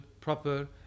proper